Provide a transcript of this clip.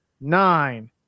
nine